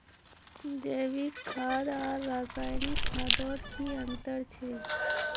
जैविक खाद आर रासायनिक खादोत की अंतर छे?